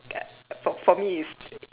for for me is